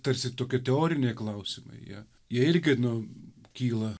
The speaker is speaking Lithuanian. tarsi tokie teoriniai klausimai jie jie irgi nu kyla